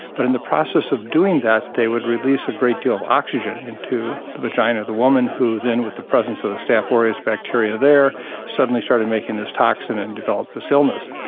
but in the process of doing that they would release a great deal of oxygen into the vagina of the woman, who then with the presence of the staph ah aureus bacteria there suddenly started making this toxin and developed this illness.